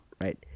right